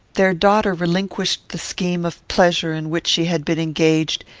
their daughter relinquished the scheme of pleasure in which she had been engaged,